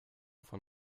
von